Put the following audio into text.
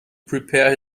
prepare